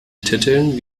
titeln